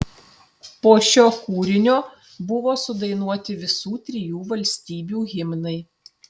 po šio kūrinio buvo sudainuoti visų trijų valstybių himnai